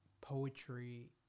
poetry